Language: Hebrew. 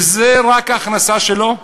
ורק זה ההכנסה שלו,